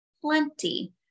plenty